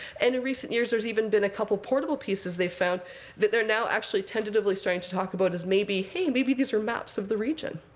and in recent years, there's even been a couple portable pieces they've found that they're now actually tentatively starting to talk about as maybe hey, maybe these are maps of the region,